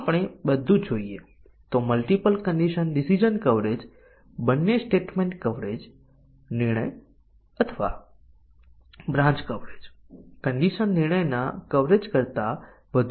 જો આપણે તેનો વિચાર કરીએ તો મલ્ટિપલ કંડિશન કવરેજ એ સૌથી મજબૂત છે